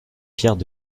pierres